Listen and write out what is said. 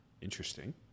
interesting